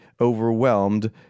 overwhelmed